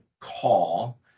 call